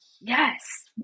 yes